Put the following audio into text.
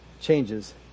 changes